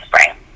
spring